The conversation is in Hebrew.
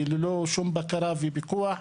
ללא שום בקרה ופיקוח,